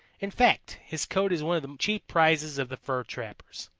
in fact, his coat is one of the chief prizes of the fur trappers.